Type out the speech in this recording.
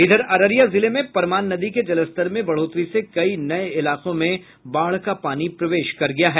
इधर अररिया जिले में परमान नदी के जलस्तर में बढ़ोतरी से कई नये इलाकों में बाढ़ का पानी प्रवेश कर गया है